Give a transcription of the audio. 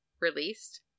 released